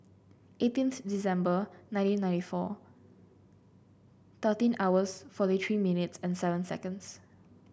eighteenth December nineteen ninety four thirteen hours forty three minutes and seven seconds